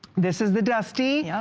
this is the dusty,